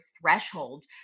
threshold